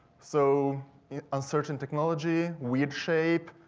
so uncertain technology weird shape,